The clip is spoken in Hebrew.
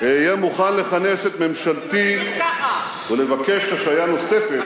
אהיה מוכן לכנס את ממשלתי ולבקש השהיה נוספת,